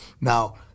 Now